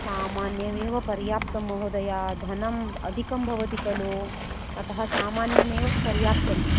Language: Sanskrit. सामान्यमेव पर्याप्तं महोदय धनम् अधिकं भवति खलु अतः सामान्यमेव पर्याप्तम्